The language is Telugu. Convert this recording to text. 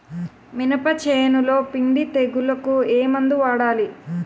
మినప చేనులో పిండి తెగులుకు ఏమందు వాడాలి?